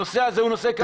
הנושא הזה הוא נושא כאוב.